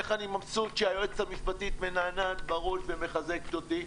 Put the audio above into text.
איך אני מבסוט שהיועצת המשפטית מנענעת בראש ומחזקת אותי.